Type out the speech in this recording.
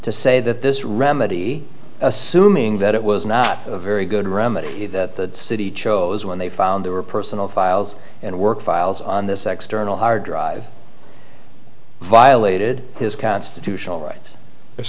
to say that this remedy assuming that it was not a very good remedy that the city chose when they found there were personal files and work files on this extra no hard drive violated his constitutional rights